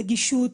נגישות,